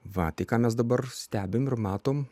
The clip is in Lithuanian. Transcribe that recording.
va tik ką mes dabar stebime ir matome